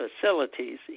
facilities